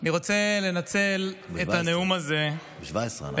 אני רוצה לנצל את הנאום הזה לדבר